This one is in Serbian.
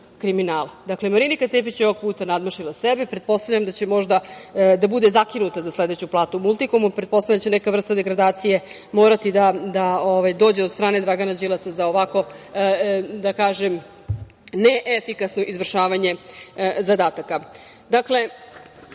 Marinika Tepić je ovog puta nadmašila sebe. Pretpostavljam da će možda da bude zakinuta za sledeću platu u „Multikomu“. Pretpostavljam da će neka vrste degradacije morati da dođe od strane Dragana Đilasa za ovako, da kažem, neefikasno izvršavanje zadataka. Dakle,